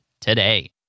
today